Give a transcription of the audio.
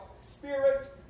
spirit